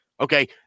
Okay